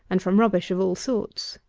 and from rubbish of all sorts.